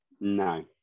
No